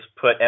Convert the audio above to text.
put